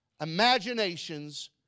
imaginations